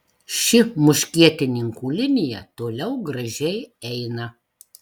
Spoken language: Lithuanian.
ši muškietininkų linija toliau gražiai eina